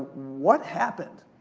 what happened?